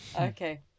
Okay